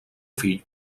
fill